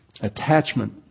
attachment